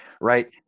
Right